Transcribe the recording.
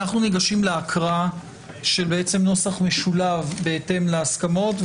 הצבעה אושר אנחנו ניגשים להקראה של הנוסח המשולב בהתאם להסכמות,